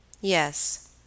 Yes